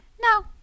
No